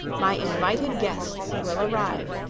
my invited guests will arrive,